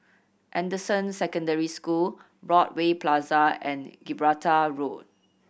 Anderson Secondary School Broadway Plaza and Gibraltar Road